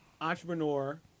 entrepreneur